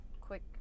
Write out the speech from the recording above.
quick